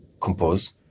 compose